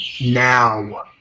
now